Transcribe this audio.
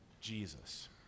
Jesus